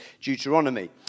Deuteronomy